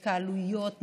התקהלויות,